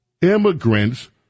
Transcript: immigrants